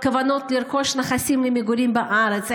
אם ישנן כוונות לרכוש נכסים למגורים בארץ,